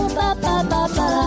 ba-ba-ba-ba